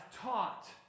taught